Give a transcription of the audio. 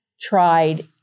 tried